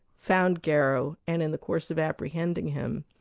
found garrow and in the course of apprehending him,